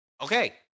Okay